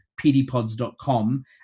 pdpods.com